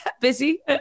busy